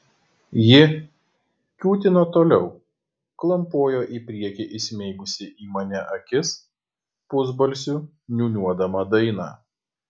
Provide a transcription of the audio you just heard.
ji kiūtino toliau klampojo į priekį įsmeigusi į mane akis pusbalsiu niūniuodama dainą